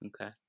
Okay